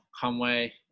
Conway